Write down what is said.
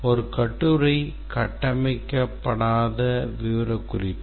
ஒரு கட்டுரை கட்டமைக்கப்படாத விவரக்குறிப்பு